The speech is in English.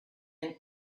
and